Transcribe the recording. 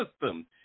system